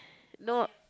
no